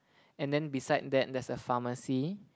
and then beside that there's a pharmacy